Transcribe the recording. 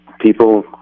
people